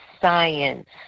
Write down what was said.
science